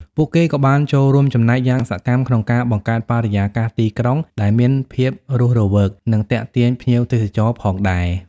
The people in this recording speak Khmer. ពួកគេក៏បានចូលរួមចំណែកយ៉ាងសកម្មក្នុងការបង្កើតបរិយាកាសទីក្រុងដែលមានភាពរស់រវើក និងទាក់ទាញភ្ញៀវទេសចរណ៍ផងដែរ ។